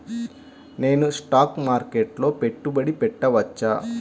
నేను స్టాక్ మార్కెట్లో పెట్టుబడి పెట్టవచ్చా?